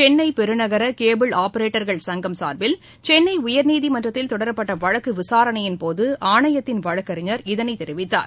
சென்னை பெருநகர கேபிள் ஆப்ரேட்டர்கள் சங்கம் சார்பில் சென்னை உயர்நீதிமன்றத்தில் தொடரப்பட்ட வழக்கு விசாரணையின்போது ஆணையத்தின் வழக்கறிஞர் இதனை தெரிவித்தார்